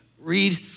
read